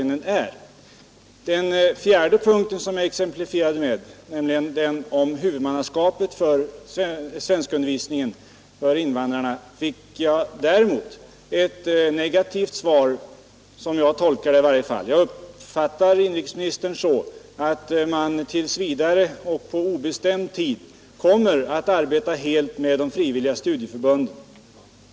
När det gäller den fjärde punkten som jag exemplifierade med, nämligen den om huvudmannaskapet för svenskundervisningen för invandrarna, fick jag — som jag tolkar det i varje fall — ett negativt svar. Jag uppfattar inrikesministern så att man tills vidare och på obestämd tid kommer att arbeta helt med de fria studieförbunden.